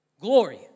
Glory